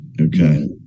Okay